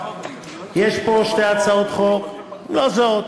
יש פה שתי הצעות חוק לא זהות,